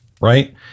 right